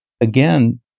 again